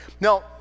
Now